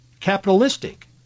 capitalistic